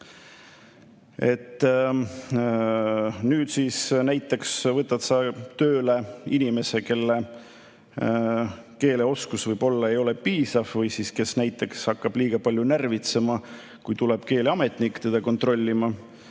Nüüd siis näiteks võtad sa tööle inimese, kelle keeleoskus ei ole piisav või kes hakkab liiga palju närvitsema, kui tuleb keeleametnik teda kontrollima,